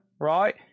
right